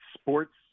sports